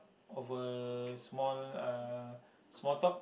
over small uh small talk